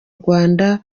rwanda